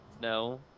No